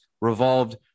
revolved